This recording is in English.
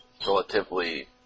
relatively